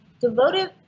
devoted